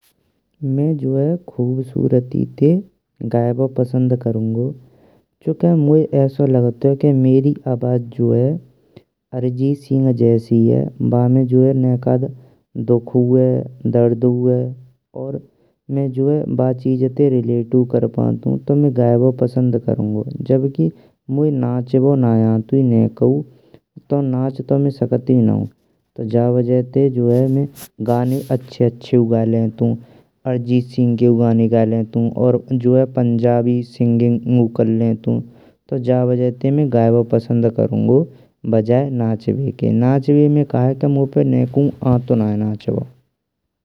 मैं जो है खूबसरूती तें गाएबो पसंद करुंगो चूंके मौयै ऐसो लागतुए। मेरी आवाज जो है अरिजीत सिंह जैसी है बामे जो है नैकाद दुखु है दर्दुआ और मैं जो है बा चीज तें रिलातयु कर पांतु तो में गाएबो पसंद करुंगो। जबकी मौयै नाचबो नईं आंतुई नाकौं तो नाच तो में सकतुई नाऊं। जा वजह तें मैं जो है गाने अच्छे अच्छेऊ गाए लेतुन। अरिजीत सिंह केयू गाने गाए लैतुन और जो है पंजाबी सिंगिंगु कर लेतुन। तो जा वजह तें में गाएबो पसंद करुंगो। बजाए नाचबे कर नाचबे में का है क मौयै नईकउ आंत नईं नाचबो।